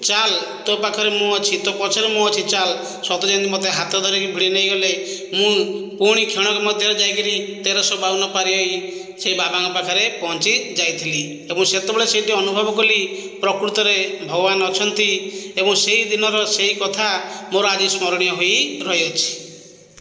ଚାଲ୍ ତୋ ପାଖରେ ମୁଁ ଅଛି ତୋ ପଛରେ ମୁଁ ଅଛି ଚାଲ୍ ସତେ ଯେମିତି ମତେ ହାତ ଧରିକି ଭିଡ଼ି ନେଇଗଲେ ମୁଁ ପୁଣି କ୍ଷଣକ ମଧ୍ୟରେ ଯାଇକିରି ତେରଶହ ବାଉନ ପାରି ହୋଇ ସେହି ବାବାଙ୍କ ପାଖରେ ପହଞ୍ଚି ଯାଇଥିଲି ଏବଂ ସେତେବେଳେ ସେଇଠି ଅନୁଭବ କଲି ପ୍ରକୃତରେ ଭଗବାନ ଅଛନ୍ତି ଏବଂ ସେହିଦିନର ସେହି କଥା ମୋର ଆଜି ସ୍ମରଣୀୟ ହୋଇ ରହିଅଛି